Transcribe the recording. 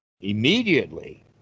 immediately